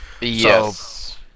Yes